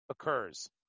occurs